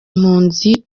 impunzi